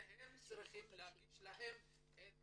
והם צריכים להנגיש את המידע.